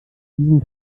diesen